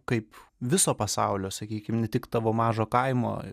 kaip viso pasaulio sakykim ne tik tavo mažo kaimo